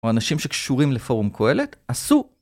או אנשים שקשורים לפורום כהלט, עשו!